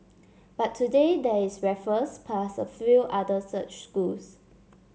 but today there is Raffles plus a few other such schools